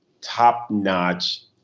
top-notch